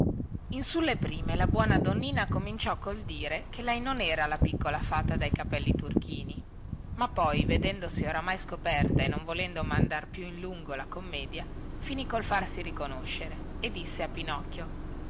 in sulle prime la buona donnina cominciò col dire che lei non era la piccola fata dai capelli turchini ma poi vedendosi oramai scoperta e non volendo mandare più a lungo la commedia fini col farsi riconoscere e disse a pinocchio